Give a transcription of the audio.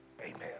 Amen